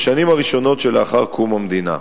בשנים הראשונות שלאחר קום המדינה.